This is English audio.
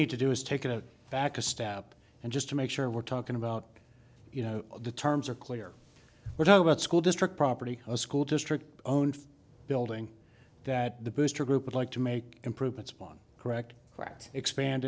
need to do is take a vaca stab and just to make sure we're talking about you know the terms are clear we're talking about school district property a school district owned building that the booster group would like to make improvements upon correct correct expand